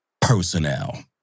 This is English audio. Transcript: personnel